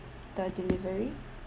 the delivery